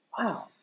Wow